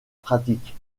pratique